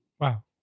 Wow